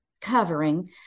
covering